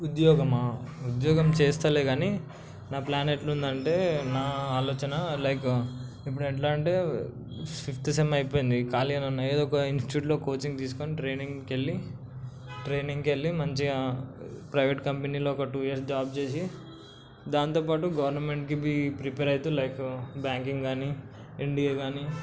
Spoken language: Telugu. ఉద్యోగమా ఉద్యోగం చేస్తలే కానీ నా ప్లాన్ ఎట్లా ఉందంటే నా ఆలోచన లైక్ ఇప్పుడు ఎట్లా అంటే షిఫ్ట్ సెమ్ అయిపోయింది ఖాళీగానే ఉన్నా ఏదో ఒక ఇన్స్టిట్యూట్లో కోచింగ్ తీసుకొని ట్రైనింగ్కి వెళ్ళి ట్రైనింగ్ వెళ్ళి మంచిగా ప్రైవేట్ కంపెనీలో ఒక టూ ఇయర్స్ జాబ్ చేసి దానితోపాటు గవర్నమెంట్కి బీ ప్రిపేర్ అవుతూ లైక్ బ్యాంకింగ్ కానీ ఎన్డీఏ కానీ